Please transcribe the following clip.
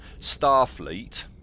Starfleet